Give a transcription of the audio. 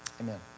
Amen